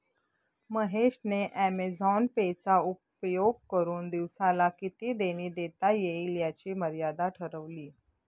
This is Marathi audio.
महेश ने ॲमेझॉन पे चा उपयोग करुन दिवसाला किती देणी देता येईल याची मर्यादा ठरवली